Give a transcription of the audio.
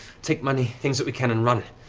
take money, things that we can, and run.